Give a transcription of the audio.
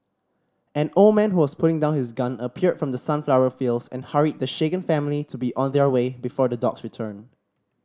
an old man who was putting down his gun appeared from the sunflower fields and hurried the shaken family to be on their way before the dogs return